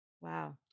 Wow